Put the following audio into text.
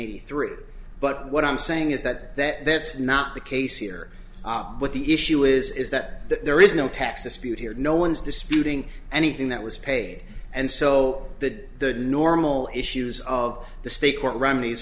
eighty three but what i'm saying is that that that's not the case here but the issue is is that there is no tax dispute here no one's disputing anything that was paid and so that the normal issues of the state court r